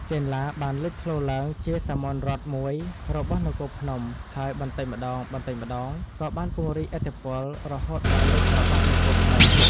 ចេនឡា បានលេចធ្លោឡើងជាសាមន្តរដ្ឋមួយរបស់នគរភ្នំ ហើយបន្តិចម្តងៗក៏បានពង្រីកឥទ្ធិពលរហូតដល់លេបត្របាក់នគរភ្នំ។